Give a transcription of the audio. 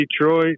Detroit